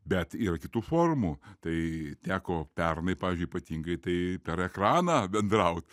bet yra kitų formų tai teko pernai pavyzdžiui ypatingai tai per ekraną bendraut